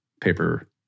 paper